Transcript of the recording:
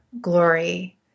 glory